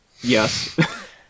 Yes